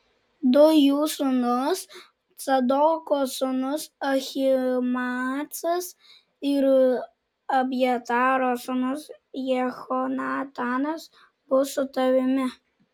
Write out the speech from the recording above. du jų sūnūs cadoko sūnus ahimaacas ir abjataro sūnus jehonatanas bus su tavimi